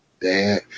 dad